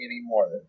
anymore